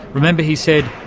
remember he said,